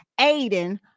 Aiden